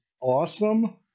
awesome